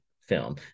film